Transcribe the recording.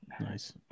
Nice